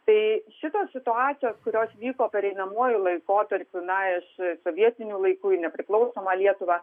tai šitos situacijos kurios vyko pereinamuoju laikotarpiu na iš sovietinių laikų į nepriklausomą lietuvą